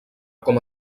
com